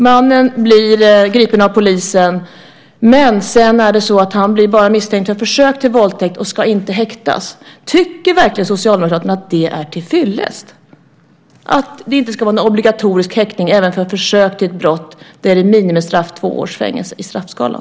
Mannen blir gripen av polisen men blir sedan bara misstänkt för försök till våldtäkt och ska inte häktas. Tycker Socialdemokraterna verkligen att det är till fyllest att häktning inte ska vara obligatoriskt även vid försök till brott för vilket minimistraffet är två års fängelse på straffskalan?